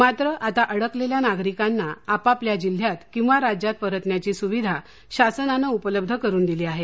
मात्र आता अडकलेल्या नागरिकांना आपापल्या जिल्ह्यात किंवा राज्यात परतण्याची सुविधा शासनाने उपलब्ध करून दिली आहे